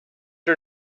her